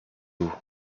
eaux